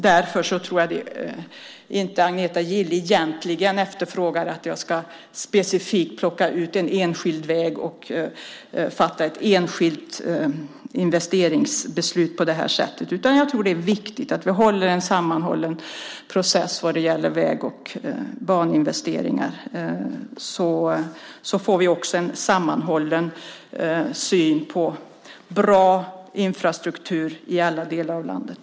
Jag tror inte att Agneta Gille egentligen efterfrågar att jag specifikt ska plocka ut en enskild väg och fatta ett enskilt investeringsbeslut på det sättet. I stället tror jag att det är viktigt att vi har en sammanhållen process vad gäller väg och baninvesteringar. Då får vi också en sammanhållen syn på bra infrastruktur i alla delar av landet.